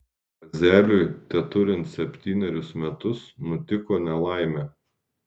kazeliui teturint septynerius metus nutiko nelaimė